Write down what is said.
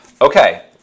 okay